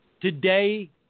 Today